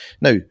Now